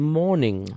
morning